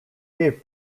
gave